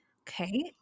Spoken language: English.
okay